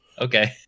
Okay